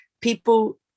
people